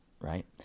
right